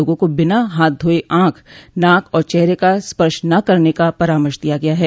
लोगों को बिना हाथ धोये आंख नाक और चेहरे का स्पर्श न करने का परामर्श दिया गया है